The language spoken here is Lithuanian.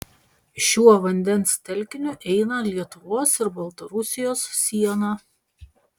šiuo vandens telkiniu eina lietuvos ir baltarusijos siena